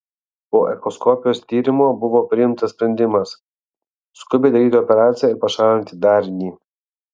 po echoskopijos tyrimo buvo priimtas sprendimas skubiai daryti operaciją ir pašalinti darinį